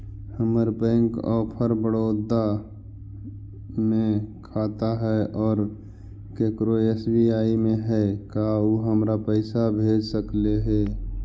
हमर bank of Baroda में खाता है और केकरो एस.बी.आई में है का उ हमरा पर पैसा भेज सकले हे?